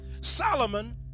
Solomon